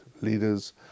leaders